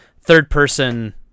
third-person